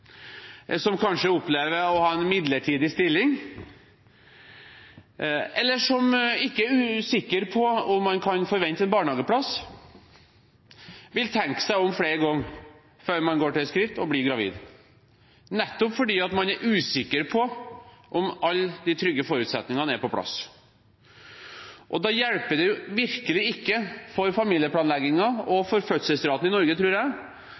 som kanskje opplever å ha en midlertidig stilling, eller som ikke er sikker på om man kan forvente en barnehageplass, vil tenke seg om flere ganger før man går til det skritt å bli gravid, nettopp fordi man er usikker på om alle de trygge forutsetningene er på plass. Og da hjelper det virkelig ikke for familieplanleggingen, og for fødselsraten i Norge, tror jeg,